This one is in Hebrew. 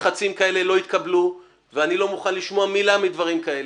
לחצים כאלה לא יתקבלו ואני לא מוכן לשמוע מילה מדברים כאלה.